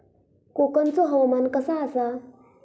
कोकनचो हवामान कसा आसा?